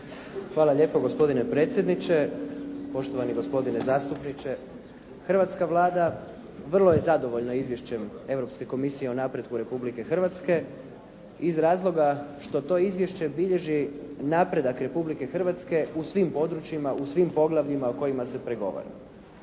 Hvala lijepo gospodine predsjedniče. Poštovanje gospodine zastupniče. Hrvatska Vlada vrlo je zadovoljna Izvješće Europske komisije o napretku Republike Hrvatske iz razloga što to izvješće bilježi napredak Republike Hrvatske u svim područjima, u svim poglavljima o kojima se pregovara.